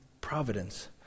providence